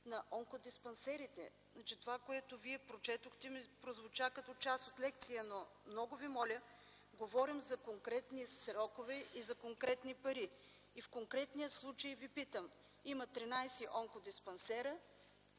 на онкодиспансерите. Това, което Вие прочетохте ми прозвуча като част от лекция, но много Ви моля, говорим за конкретни срокове и за конкретни пари. В конкретния случай Ви питам: има 13 онкодиспансера,